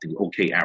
okay